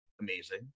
amazing